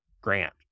grant